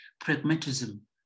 pragmatism